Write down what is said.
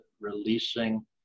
releasing